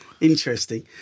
Interesting